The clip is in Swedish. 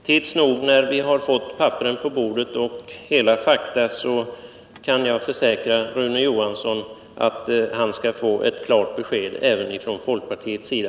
Tids nog, när vi har fått papperen på bordet och alla fakta, skall Rune Johansson — det kan jag försäkra — få ett klart besked även från folkpartiets sida.